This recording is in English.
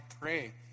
pray